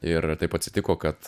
ir taip atsitiko kad